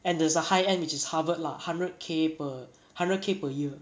and there's a high end which is harvard lah hundred K per hundred K per year